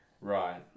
Right